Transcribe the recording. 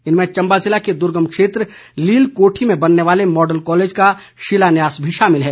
इनमें चम्बा जिले के दुर्गम क्षेत्र लील कोठी में बनने वाले मॉडल कॉलेज का शिलान्यास भी शामिल है